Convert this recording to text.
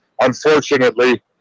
Unfortunately